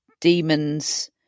demons